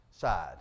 side